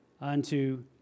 unto